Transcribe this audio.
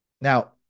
now